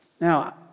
Now